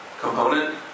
component